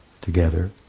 together